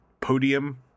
podium